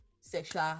sexual